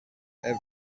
every